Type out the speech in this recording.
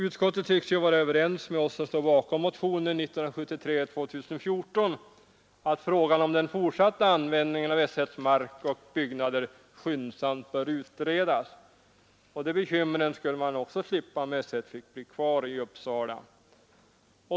Utskottet tycks vara överens med oss som står bakom motionen 2014 att frågan om den fortsatta användningen av S 1:s mark och byggnader skyndsamt bör utredas. De bekymren skulle man också slippa om S 1 fick vara kvar i Uppsala.